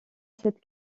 cette